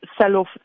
sell-off